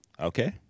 Okay